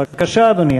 בבקשה, אדוני.